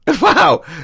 Wow